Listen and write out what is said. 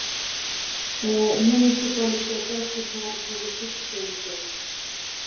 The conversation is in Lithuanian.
o municipalitete su džordžu visi skaitėsi